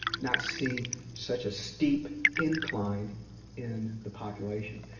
not see such a steep incline in the population.